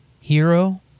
Hero